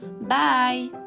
Bye